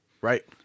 right